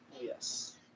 Yes